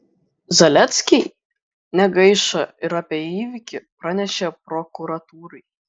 zaleckiai negaišo ir apie įvykį pranešė prokuratūrai